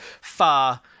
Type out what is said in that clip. far